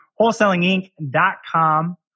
wholesalinginc.com